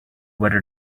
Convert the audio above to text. whether